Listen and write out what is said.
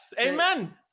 amen